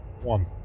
one